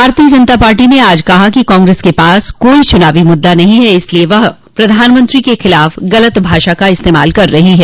भारतीय जनता पार्टी ने आज कहा कि कांग्रेस के पास कोई चूनावी मुद्दा नहीं है इसीलिए वह प्रधानमंत्री के खिलाफ गलत भाषा का इस्तेमाल कर रही है